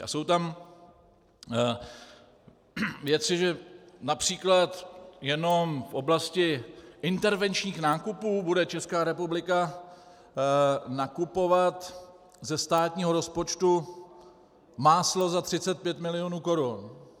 A jsou tam věci, že například jenom v oblasti intervenčních nákupů bude Česká republika nakupovat ze státního rozpočtu za 35 milionů korun.